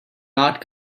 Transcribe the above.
not